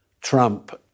Trump